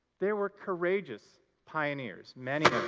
there were courageous pioneers, many of them